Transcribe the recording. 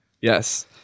Yes